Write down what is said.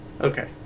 Okay